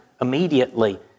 immediately